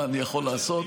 מה אני יכול לעשות.